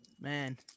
man